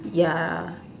ya